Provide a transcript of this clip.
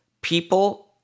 people